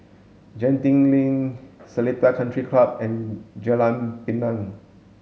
Genting Link Seletar Country Club and Jalan Pinang